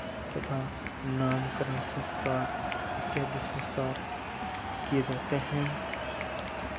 तथा नामकरण संस्कार इत्यादि संस्कार किए जाते हैं